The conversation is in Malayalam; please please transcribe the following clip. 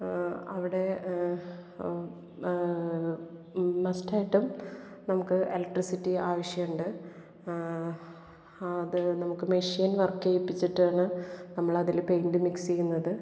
അവിടെ മസ്റ്റായിട്ടും നമുക്ക് എലക്ട്രിസിറ്റി ആവശ്യമുണ്ട് അത് നമുക്ക് മെഷ്യന് വര്ക്ക് ചെയ്യിപ്പിച്ചിട്ടാണ് നമ്മളതിൽ പേയ്ന്റ് മിക്സ് ചെയ്യുന്നത്